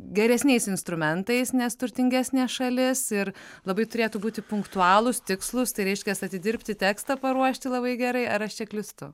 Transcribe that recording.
geresniais instrumentais nes turtingesnė šalis ir labai turėtų būti punktualūs tikslūs tai reiškias atidirbti tekstą paruošti labai gerai er aš čia klystu